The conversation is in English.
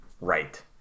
right